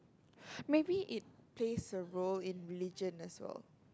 maybe it plays a role in religion as well